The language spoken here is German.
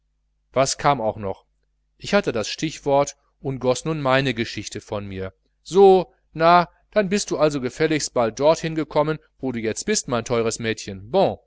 was kam auch noch ich hatte das stichwort und goß nun meine geschichte von mir so na und dann bist du also gefälligst bald dorthin gekommen wo du jetzt bist mein teures mädchen